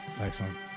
Excellent